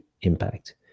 impact